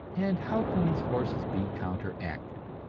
and how can these forces be counteracted?